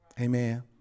Amen